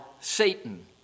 Satan